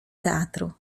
teatru